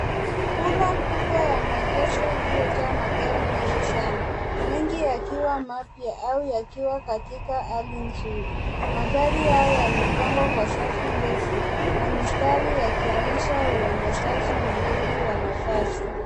Kula kubwa ya maegesho iliyojaa magari mengi sana mengi yakiwa mapya au yakiwa katika hali nzuri. Magari hayo yamepangwa kwa safu ndefu na mistari yakionyesha uendeshaji mzuri wa nafasi.